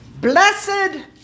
blessed